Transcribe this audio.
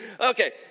Okay